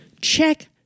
Check